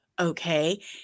okay